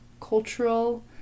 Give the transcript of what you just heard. cultural